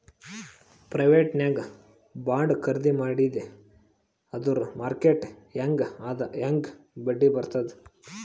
private ನಾಗ್ bond ಖರ್ದಿ ಮಾಡಿದಿ ಅಂದುರ್ ಮಾರ್ಕೆಟ್ ಹ್ಯಾಂಗ್ ಅದಾ ಹಾಂಗ್ ಬಡ್ಡಿ ಬರ್ತುದ್